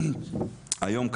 היום,